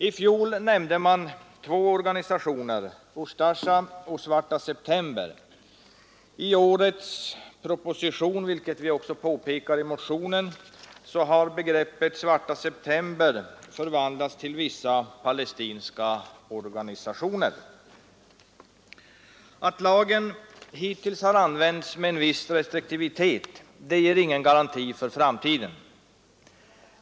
I fjol nämndes två organisationer, Ustasja och Svarta september. I årets proposition har — vilket vi också påpekar i motionen — begreppet Svarta september förvandlats till ”vissa palestinska organisationer”. Att lagen hittills har använts med en viss restriktivitet ger ingen garanti för framtiden.